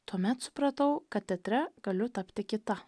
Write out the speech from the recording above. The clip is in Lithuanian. tuomet supratau kad teatre galiu tapti kita